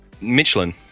Michelin